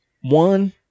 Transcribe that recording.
one